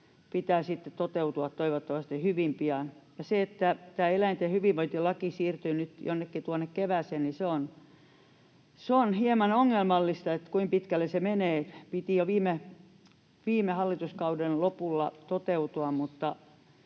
seuraavaksi, toivottavasti hyvin pian. Se, että tämä eläinten hyvinvointilaki siirtyy nyt jonnekin tuonne kevääseen, on hieman ongelmallista sen suhteen, kuinka pitkälle se menee. Sen piti jo viime hallituskauden lopulla toteutua,